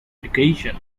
education